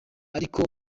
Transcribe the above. ariko